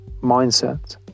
mindset